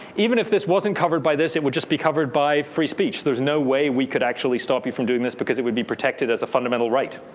even if this wasn't covered by this, it would just be covered by free speech. there's no way we could actually stop you from doing this, because it would be protected as a fundamental right,